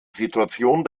situation